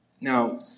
Now